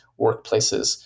workplaces